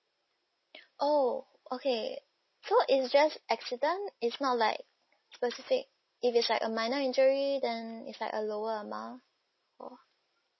oh okay so it's just accident it's not like specific if it's like a minor injury then is like a lower amount or